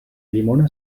llimona